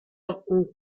ung